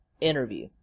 interview